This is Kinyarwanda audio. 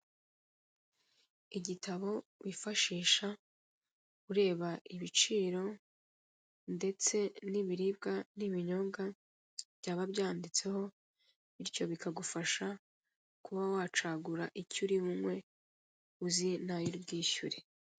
Igitabo wifashisha ureba ibiciro ndetse n'ibiribwa n'ibinyobwa byaba byanditseho, bityo bikagufasha kuba wacagura icyo uri bunywe uzi n'ayo uri bwishyure.